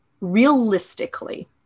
realistically